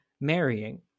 marrying